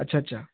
আচ্ছা আচ্ছা